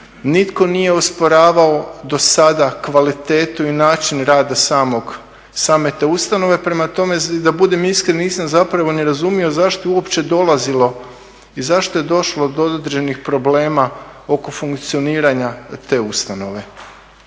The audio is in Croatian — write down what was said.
Nitko nije osporavao do sada kvalitetu i način rada same te ustanove, prema tome i da budem iskren nisam zapravo ni razumio zašto je uopće dolazilo i zašto je došlo do određenih problema oko funkcioniranja te ustanove.